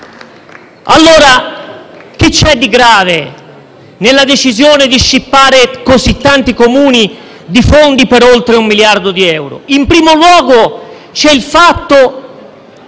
allora di grave nella decisione di scippare così tanti Comuni di fondi, per oltre un miliardo di euro? In primo luogo, c'è il fatto